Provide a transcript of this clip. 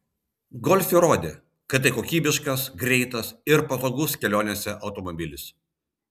golf įrodė kad tai kokybiškas greitas ir patogus kelionėse automobilis